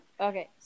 Okay